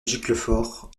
giclefort